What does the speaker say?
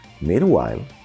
meanwhile